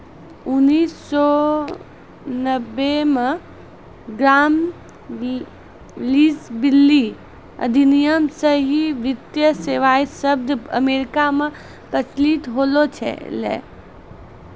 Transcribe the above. उन्नीस सौ नब्बे मे ग्राम लीच ब्लीली अधिनियम से ही वित्तीय सेबाएँ शब्द अमेरिका मे प्रचलित होलो छलै